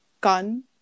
gun